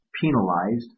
penalized